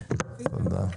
תודה.